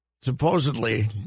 supposedly